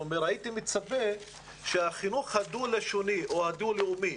הייתי מצפה שהחינוך הדו-לשוני או הדו-לאומי,